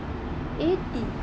eighty